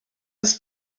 ist